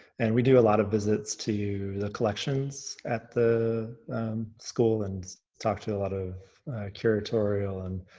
and we do a lot of visits to the collections at the school and talk to a lot of curatorial and